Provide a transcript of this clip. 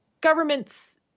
governments